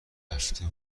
رفته